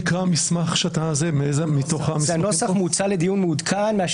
נוסח מוצע לדיון מעודכן מטעם